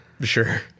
Sure